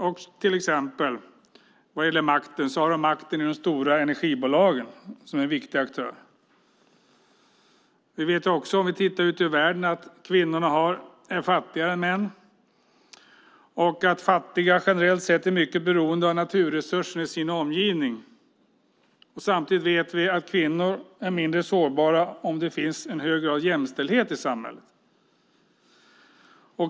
Och vad gäller makten har de till exempel makten i de stora energibolagen, som är viktiga aktörer. Vi kan titta ut över världen. Vi vet att kvinnorna är fattigare än män och att fattiga generellt sett är mycket beroende av naturresurser i sin omgivning. Samtidigt vet vi att kvinnor är mindre sårbara om det finns en hög grad av jämställdhet i samhället.